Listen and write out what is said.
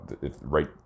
right